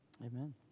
Amen